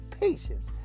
patience